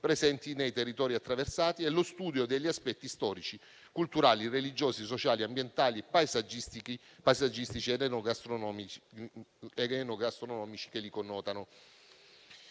presenti nei territori attraversati e lo studio degli aspetti storici, culturali, religiosi, sociali, ambientali, paesaggistici ed enogastronomici che li connotano.